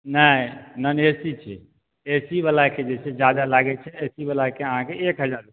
नहि non AC छै AC बलाके जे छै जादा लागै छै एसी बलाके अहाँके एक हजार